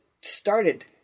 started